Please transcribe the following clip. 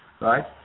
right